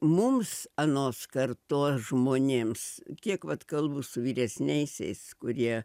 mums anos kartos žmonėms kiek vat kalbu su vyresniaisiais kurie